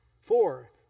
Four